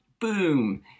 boom